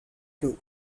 two